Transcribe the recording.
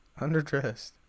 Underdressed